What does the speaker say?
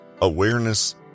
awareness